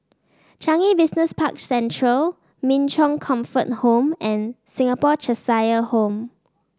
Changi Business Park Central Min Chong Comfort Home and Singapore Cheshire Home